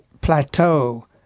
plateau